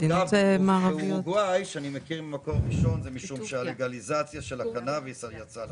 את אורוגוואי אני מכיר ממקור ראשון משום שהלגליזציה של הקנביס יצאה.